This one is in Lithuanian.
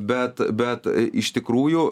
bet bet iš tikrųjų